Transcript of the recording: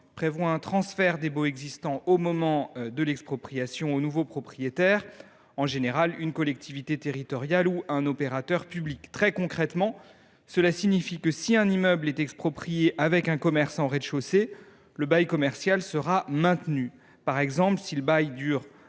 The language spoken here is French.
prévoit un transfert des baux existants au moment de l’expropriation aux nouveaux propriétaires, en général une collectivité territoriale ou un opérateur public. Très concrètement, cela signifie que, si l’immeuble exproprié comprend un commerce en rez de chaussée, le bail commercial sera maintenu. Par exemple, si le bail court